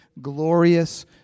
glorious